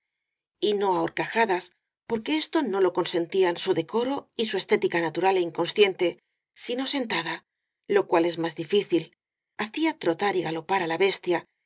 cerril y no á horcajadas porque esto no lo consentían su decoro y su estética natu ral é inconsciente sino sentada lo cual es más di fícil hacía trotar y galopar á la bestia